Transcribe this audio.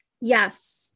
Yes